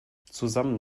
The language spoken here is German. zusammen